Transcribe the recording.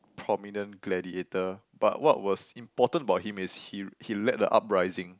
prominent gladiator but what was important about him is he he led the uprising